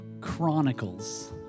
Chronicles